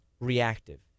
reactive